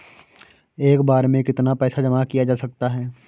एक बार में कितना पैसा जमा किया जा सकता है?